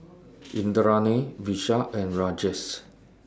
Indranee Vishal and Rajesh